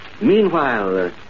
Meanwhile